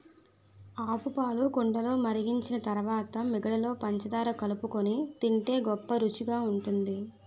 ఆవుపాలు కుండలో మరిగించిన తరువాత మీగడలో పంచదార కలుపుకొని తింటే గొప్ప రుచిగుంటది